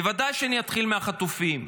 בוודאי שאני אתחיל מהחטופים.